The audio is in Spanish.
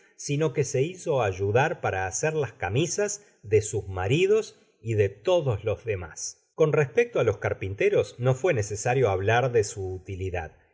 sino que se hizo ayudar para hacer las camisas de sus maridos y de todos los demás coa respecto á los carpinteros no fué necesario hablar de su utilidad